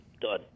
done